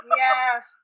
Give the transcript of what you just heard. yes